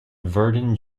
verdun